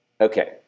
Okay